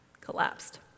collapsed